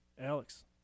Alex